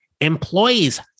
Employees